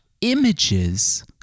images